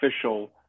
official